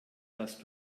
dass